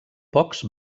pocs